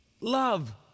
Love